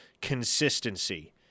consistency